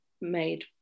made